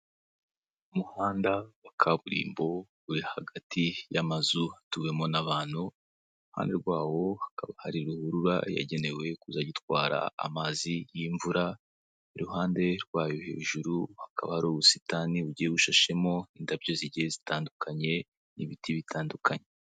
Umuhanda wa kaburimbo uri hagati y'amazu hatuwemo n'abantu, iruhande rwawo hakaba hari ruhurura yagenewe kuzajya itwara amazi y'imvura, iruhande rwayo hejuru hakaba hari ubusitani bugiye bushashemo indabyo zigiye zitandukanye n'ibiti bitandukanye.